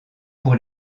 pour